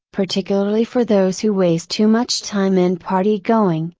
particularly for those who waste too much time in party going,